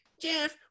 Jeff